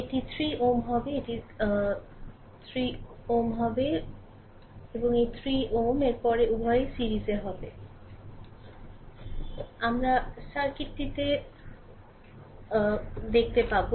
এটি 3 Ω হবে এটি 3 Ω হবে Ω এর পরে উভয়ই সিরিজে হবে আমরা সার্কিটটি দেখতে পাব